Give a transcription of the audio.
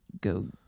go